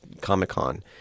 Comic-Con